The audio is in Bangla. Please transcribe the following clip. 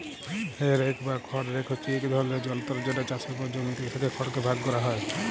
হে রেক বা খড় রেক হছে ইক ধরলের যলতর যেট চাষের পর জমিতে থ্যাকা খড়কে ভাগ ক্যরা হ্যয়